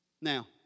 Now